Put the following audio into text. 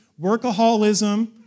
workaholism